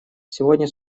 сегодня